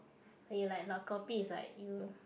when you like lao kopi is like you